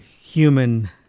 human